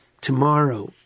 tomorrow